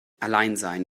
alleinsein